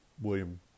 william